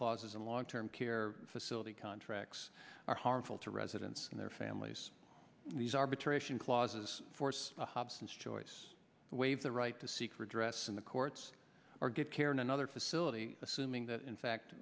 clauses in long term care facility contracts are harmful to residents and their families these arbitration clauses forced the hobson's choice to waive the right to seek redress in the courts or get care in another facility assuming that in fact